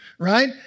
Right